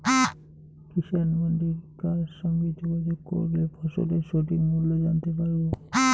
কিষান মান্ডির কার সঙ্গে যোগাযোগ করলে ফসলের সঠিক মূল্য জানতে পারবো?